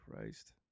Christ